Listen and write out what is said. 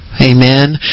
Amen